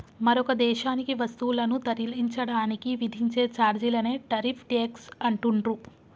మరొక దేశానికి వస్తువులను తరలించడానికి విధించే ఛార్జీలనే టారిఫ్ ట్యేక్స్ అంటుండ్రు